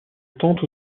tente